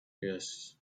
yes